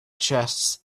chests